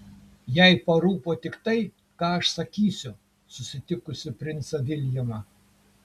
jai parūpo tik tai ką aš sakysiu susitikusi princą viljamą